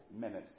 minutes